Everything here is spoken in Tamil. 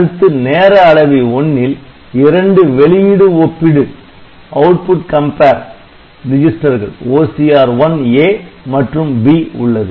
அடுத்து நேர அளவி 1 ல் இரண்டு "வெளியிடு ஒப்பிடு" ரிஜிஸ்டர்கள் OCR1 A மற்றும் B உள்ளது